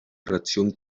reacción